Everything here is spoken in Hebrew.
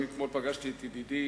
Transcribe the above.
זה כמו שמפקירים שמירה.